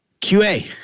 QA